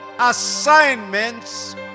Assignments